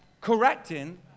correcting